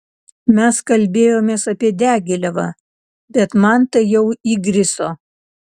mes kalbėjomės apie diagilevą bet man tai jau įgriso